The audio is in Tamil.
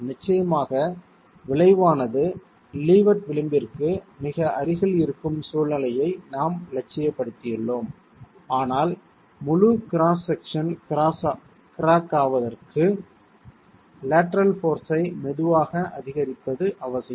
நிச்சயமாக விளைவானது லீவார்ட் விளிம்பிற்கு மிக அருகில் இருக்கும் சூழ்நிலையை நாம் இலட்சியப்படுத்தியுள்ளோம் ஆனால் முழு கிராஸ் செக்ஷன் கிராக் ஆவதற்கு லேட்டரல் போர்ஸ் ஐ மெதுவாக அதிகரிப்பது அவசியம்